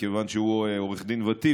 כיוון שהוא עורך דין ותיק,